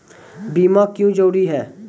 बीमा क्यों जरूरी हैं?